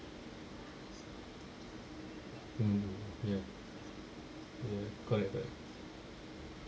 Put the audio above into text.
mm ya ya correct correct